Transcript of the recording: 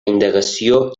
indagació